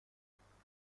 ارتباطمون